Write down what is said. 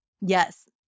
Yes